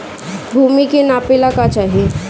भूमि के नापेला का चाही?